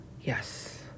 yes